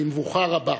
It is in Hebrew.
במבוכה רבה.